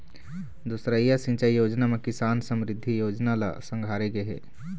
दुसरइया सिंचई योजना म किसान समरिद्धि योजना ल संघारे गे हे